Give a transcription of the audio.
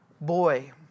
boy